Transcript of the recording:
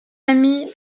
ami